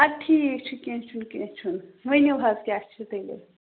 اَدٕ ٹھیٖک چھُ کیٚنٛہہ چھُنہٕ کیٚنٛہہ چھُنہٕ ؤنِو حظ کیٛاہ چھُ تیٚلہِ